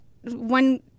one